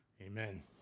Amen